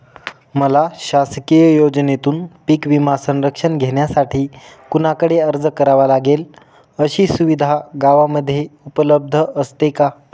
मला शासकीय योजनेतून पीक विमा संरक्षण घेण्यासाठी कुणाकडे अर्ज करावा लागेल? अशी सुविधा गावामध्ये उपलब्ध असते का?